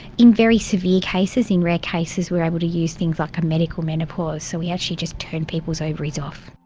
in a very severe cases, in rare cases we are able to use things like a medical menopause, so we actually just turn people's ovaries off.